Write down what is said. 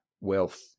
wealth